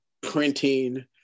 printing